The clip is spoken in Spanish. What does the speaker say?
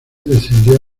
descendió